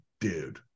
dude